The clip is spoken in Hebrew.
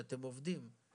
שאתם עובדים.